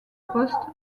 poste